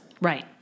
Right